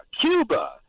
Cuba